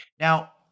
Now